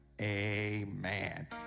Amen